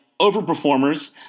overperformers